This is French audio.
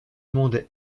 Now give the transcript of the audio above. monde